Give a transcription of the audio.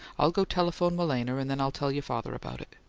i'll go telephone malena, and then i'll tell your father about it.